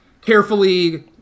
carefully